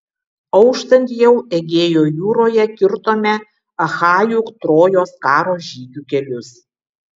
auštant jau egėjo jūroje kirtome achajų trojos karo žygių kelius